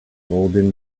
golden